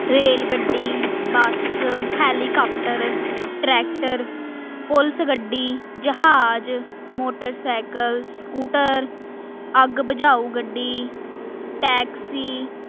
rail ਗੱਡੀ bus helicopter tractor police ਗੱਡੀ ਜਹਾਜ ਮੋਟਰਸਾਈਕਲ ਸਕੂਟਰ ਅੱਗ ਬੁਝਾਊ ਗੱਡੀ ਟੈਕਸੀ